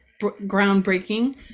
groundbreaking